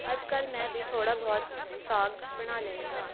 ਅੱਜ ਕੱਲ੍ਹ ਮੈਂ ਵੀ ਥੋੜ੍ਹਾ ਬਹੁਤ ਸਾਗ ਬਣਾ ਲੈਂਦੀ ਹਾਂ